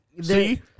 See